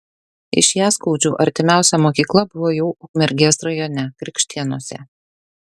iš jaskaudžių artimiausia mokykla buvo jau ukmergės rajone krikštėnuose